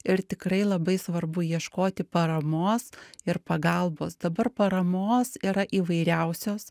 ir tikrai labai svarbu ieškoti paramos ir pagalbos dabar paramos yra įvairiausios